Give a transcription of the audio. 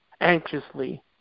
anxiously